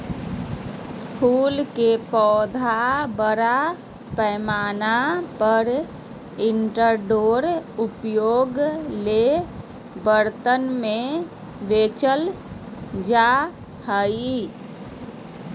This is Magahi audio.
फूल के पौधा बड़ा पैमाना पर इनडोर उपयोग ले बर्तन में बेचल जा हइ